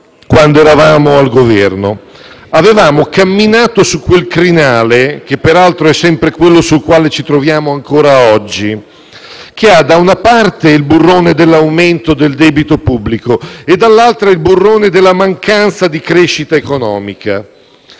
Niente. COLLINA *(PD)*. Avevamo camminato su quel crinale, che peraltro è sempre quello sul quale ci troviamo ancora oggi, che ha da una parte il burrone dell'aumento del debito pubblico e dall'altra il burrone della mancanza di crescita economica.